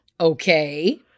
Okay